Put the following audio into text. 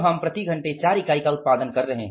हम प्रति घंटे 4 इकाई का उत्पादन कर रहे हैं